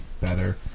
better